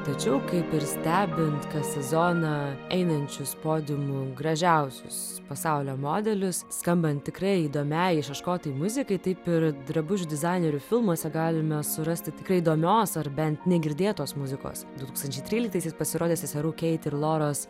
tačiau kaip ir stebint kas sezoną einančius podiumu gražiausius pasaulio modelius skambant tikrai įdomiai išieškotai muzikai taip ir drabužių dizainerių filmuose galime surasti tikrai įdomios ar bent negirdėtos muzikos du tūkstančiai tryliktaisiais pasirodė seserų keit ir loros